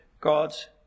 God's